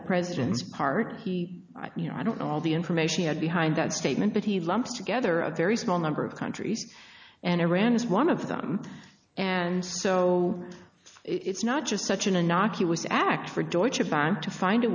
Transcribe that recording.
the president's part he you know i don't know all the information he had behind that statement but he lumps together a very small number of countries and iran is one of them and so it's not just such an innocuous act for joy to find